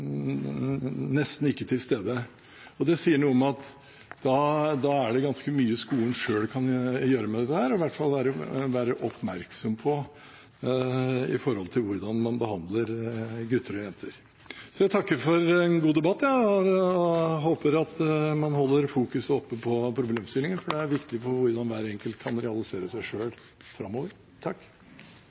nesten ikke til stede. Det sier noe om at da er det ganske mye skolen selv kan gjøre med dette, og i hvert fall være oppmerksom på dette med hvordan man behandler gutter og jenter. Så jeg takker for en god debatt og håper at man opprettholder fokuset på problemstillingen, for det er viktig for hvordan hver enkelt kan realisere seg selv framover.